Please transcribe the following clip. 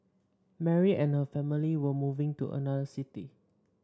Mary and her family were moving to another city